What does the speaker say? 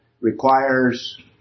requires